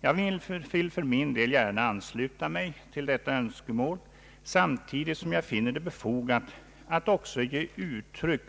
Jag vill för min del gärna ansluta mig till detta önskemål, samtidigt som jag finner det befogat att också ge uttryck